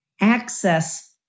access